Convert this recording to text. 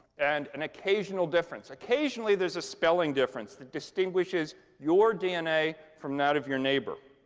and an occasional difference occasionally there's a spelling difference that distinguishes your dna from that of your neighbor.